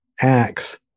acts